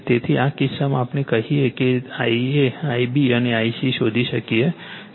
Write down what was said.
તેથી આ કિસ્સામાં આપણે કહી શકીએ છીએ કે Ia Ib અને Ic શોધી શકીએ છીએ